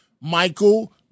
Michael